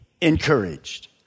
encouraged